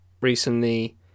recently